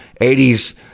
80s